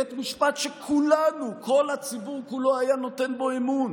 בית משפט שכולנו, כל הציבור כולו היה נותן בו אמון